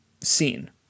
scene